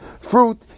Fruit